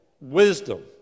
wisdom